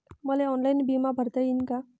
मले ऑनलाईन बिमा भरता येईन का?